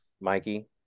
Mikey